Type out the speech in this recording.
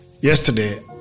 yesterday